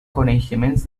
coneixement